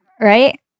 right